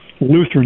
Lutheran